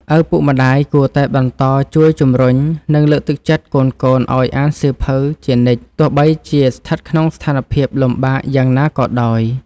ឪពុកម្តាយគួរតែបន្តជួយជំរុញ និងលើកទឹកចិត្តកូនៗឱ្យអានសៀវភៅជានិច្ច ទោះបីជាស្ថិតក្នុងស្ថានភាពលំបាកយ៉ាងណាក៏ដោយ។